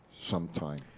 sometime